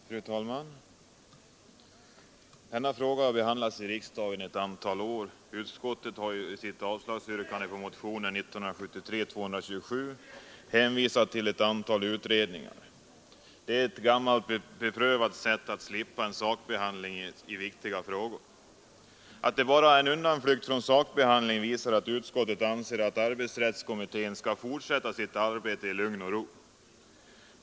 Fru talman! Denna fråga har behandlats i riksdagen under ett antal år. Utskottet har i sitt yrkande om avslag på motionen 1973:227 hänvisat till ett antal utredningar. Det är ett gammalt beprövat sätt att slippa en sakbehandling av viktiga frågor. Att det bara är en undanflykt från sakbehandling visar det förhållandet att utskottet anser att arbetsrättskommittén skall få fortsätta sitt arbete i lugn och ro.